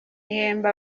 ihemba